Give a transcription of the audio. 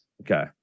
Okay